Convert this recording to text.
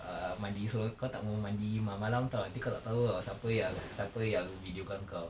uh mandi seorang kau tak mahu mandi malam-malam tahu nanti kau tak tahu [tau] siapa yang siapa yang video kan kau